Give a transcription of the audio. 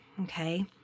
okay